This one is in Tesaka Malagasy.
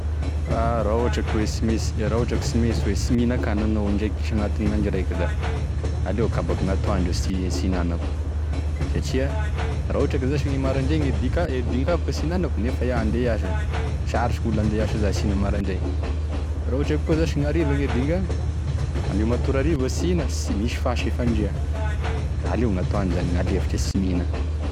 Raha ohatra ka hoe ka tsy maintsy raha ohatra ka sy mainsy hoe sy mihinankany anao indray isa agnatine andro raiky, da aleoko abako gne atoandro ne sy- sy hinanako, satria raha ohatra ka zash marandray gne dika- dinganoko e tsy hinanako nefa iaho handeha hiasa, sarotry koa gnolo handeha hiasa zany e sy hihina marandray, raha ohatra koa zash gne ariva e dingany ame matory ariva gne tsy hihina da misy fasy gne fandria, da aleo gne atoandro zany gn'alefitry e tsy mihina.